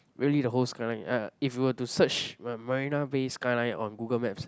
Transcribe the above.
really the whole skyline if you were to search Ma~ Marina-Bay skyline on Google Maps